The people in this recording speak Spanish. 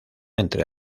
entre